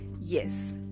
Yes